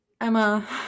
Emma